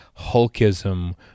hulkism